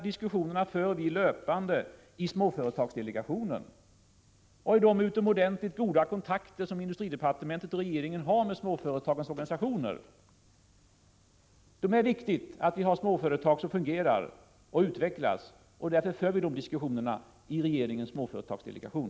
Diskussioner förs löpande i småföretagsdelegationen och vid de utomordentligt goda kontakter som industridepartementet och regeringen har med småföretagens organisationer. Det är viktigt att vi har småföretag som fungerar och utvecklas, och av den anledningen förs diskussioner i regeringens småföretagsdelegation.